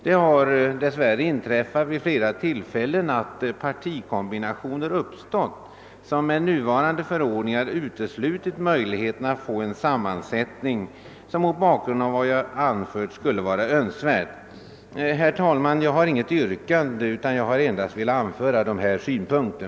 Det har dess värre vid flera tillfällen inträffat att partikombinationer uppstått, varigenom med nuvarande förordningar möjligheten uteslutits att få en sådan sammansättning som mot bakgrund av vad jag anfört skulle vara önskvärd. Herr talman! Jag har inget yrkande utan har endast velat anföra dessa synpunkter.